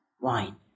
wine